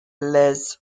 les